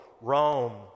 Rome